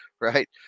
right